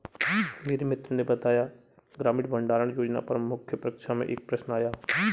मेरे मित्र ने बताया ग्रामीण भंडारण योजना पर मुख्य परीक्षा में एक प्रश्न आया